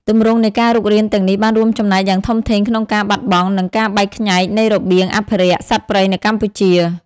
ទម្រង់នៃការរុករានទាំងនេះបានរួមចំណែកយ៉ាងធំធេងក្នុងការបាត់បង់ និងការបែកខ្ញែកនៃរបៀងអភិរក្សសត្វព្រៃនៅកម្ពុជា។